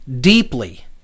deeply